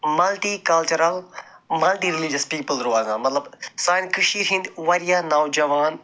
multi cultural multi religious people روزان مطلب سانہِ کٔشیٖرِ ہنٛدۍ واریاہ نوجوان